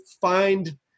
find